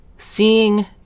seeing